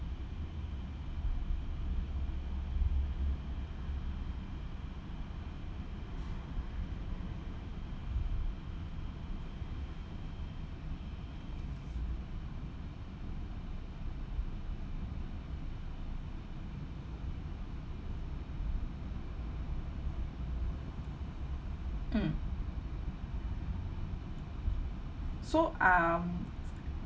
mm so um